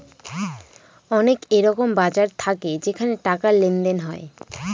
অনেক এরকম বাজার থাকে যেখানে টাকার লেনদেন হয়